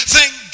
Thank